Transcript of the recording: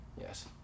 yes